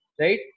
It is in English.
right